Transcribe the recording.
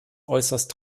äußerst